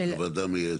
הוועדה המייעצת.